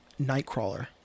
Nightcrawler